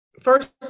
first